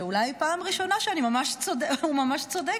שאולי זו פעם ראשונה שהוא ממש צודק,